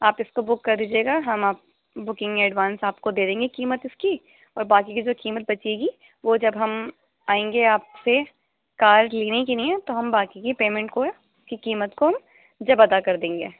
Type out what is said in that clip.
آپ اس کو بک کر دیجیے گا ہم آپ بکنگ ایڈوانس آپ کو دے دیں گے قیمت اس کی اور باقی کے جو قیمت بچے گی وہ جب ہم آئیں گے آپ سے کار لینے کے لیے تو ہم باقی کے پیمنٹ کو اس کی قیمت کو جب ادا کر دیں گے